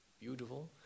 beautiful